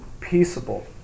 peaceable